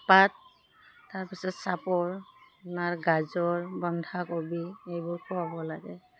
পাত তাৰপিছত চাপৰ আপোনাৰ গাজৰ বন্ধাকবি এইবোৰ খোৱাব লাগে